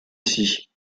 ici